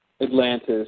Atlantis